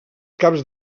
caps